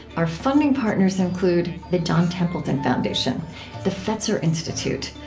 our funding partners include the john templeton foundation the fetzer institute,